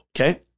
okay